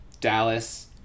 Dallas